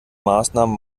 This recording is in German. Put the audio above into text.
maßnahmen